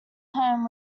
home